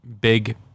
big